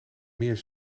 meer